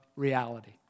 reality